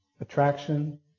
Attraction